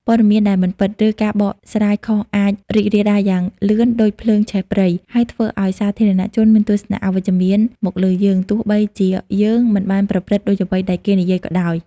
ព័ត៌មានដែលមិនពិត ឬការបកស្រាយខុសអាចរីករាលដាលយ៉ាងលឿនដូចភ្លើងឆេះព្រៃ ហើយធ្វើឱ្យសាធារណជនមានទស្សនៈអវិជ្ជមានមកលើយើង ទោះបីជាយើងមិនបានប្រព្រឹត្តដូចអ្វីដែលគេនិយាយក៏ដោយ។